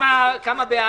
בטח.